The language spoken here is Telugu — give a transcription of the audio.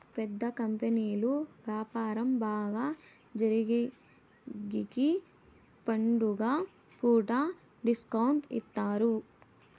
పెద్ద కంపెనీలు వ్యాపారం బాగా జరిగేగికి పండుగ పూట డిస్కౌంట్ ఇత్తారు